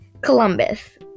Columbus